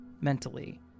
mentally